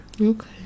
Okay